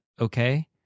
okay